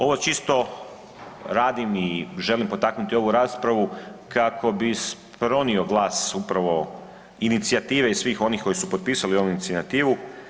Ovo čisto radim i želim potaknuti ovu raspravu kako bi pronio glas upravo inicijative i svih onih koji su potpisali ovu inicijativu.